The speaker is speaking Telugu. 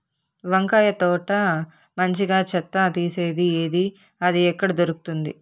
వంకాయ తోట మంచిగా చెత్త తీసేది ఏది? అది ఎక్కడ దొరుకుతుంది?